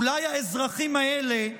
אולי האזרחים האלה,